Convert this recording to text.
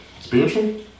spiritual